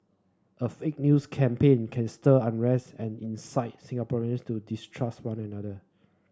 a fake news campaign can stir unrest and incite Singaporeans to distrust one another